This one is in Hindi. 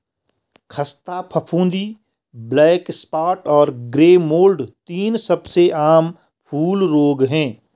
ख़स्ता फफूंदी, ब्लैक स्पॉट और ग्रे मोल्ड तीन सबसे आम फूल रोग हैं